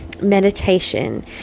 meditation